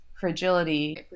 fragility